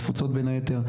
משרד התפוצות בין היתר,